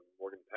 Morgan